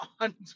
on